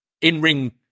in-ring